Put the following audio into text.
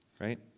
right